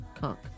conk